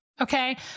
Okay